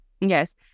Yes